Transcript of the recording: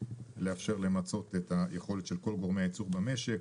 לאפשר למצות את היכולת של כל גורמי הייצור במשק.